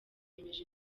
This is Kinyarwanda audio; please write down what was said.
yemeje